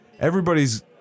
everybody's